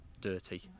dirty